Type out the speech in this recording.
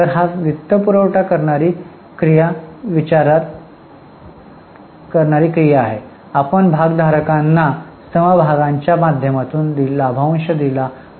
तर ही वित्तपुरवठा करणारी क्रिया आहे आपण भागधारकांना समभागांच्या माध्यमातून लाभांश दिला आहे